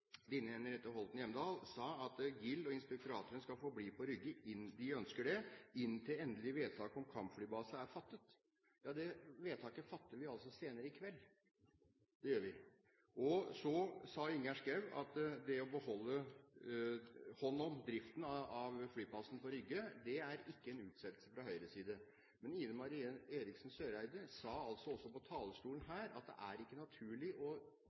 Line Henriette Hjemdal sa at Generalinspektøren for Luftforsvaret og inspektoratene skal forbli på Rygge hvis de ønsker det, inntil endelig vedtak om kampflybase er fattet. Det vedtaket fatter vi altså senere i kveld – det gjør vi. Så sa Ingjerd Schou at det å beholde hånd om driften av flyplassen på Rygge ikke er en utsettelse fra Høyres side. Men Ine M. Eriksen Søreide sa altså på talerstolen her at det ikke er naturlig å